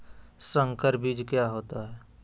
संकर बीज क्या होता है?